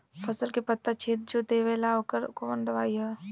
फसल के पत्ता छेद जो देवेला ओकर कवन दवाई ह?